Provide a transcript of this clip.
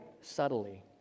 subtly